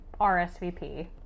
RSVP